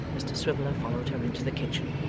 mr swiveller followed her into the kitchen.